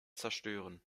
zerstören